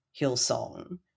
Hillsong